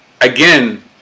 again